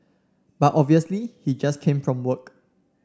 but obviously he just came from work